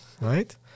Right